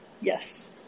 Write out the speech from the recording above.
Yes